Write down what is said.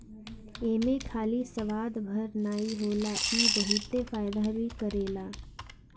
एमे खाली स्वाद भर नाइ होला इ बहुते फायदा भी करेला